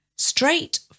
straight